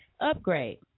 Upgrade